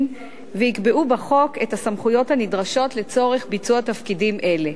ויקבעו בחוק את הסמכויות הנדרשות לצורך ביצוע תפקידים אלה.